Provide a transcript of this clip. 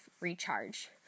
recharge